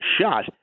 shot